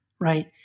right